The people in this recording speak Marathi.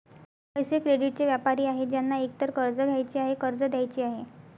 पैसे, क्रेडिटचे व्यापारी आहेत ज्यांना एकतर कर्ज घ्यायचे आहे, कर्ज द्यायचे आहे